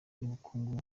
n’ubukungu